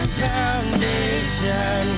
foundation